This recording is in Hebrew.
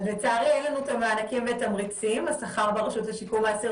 אז לצערי אין לנו את המענקים ואת התמריצים בשכר ברשות לשיקום האסיר,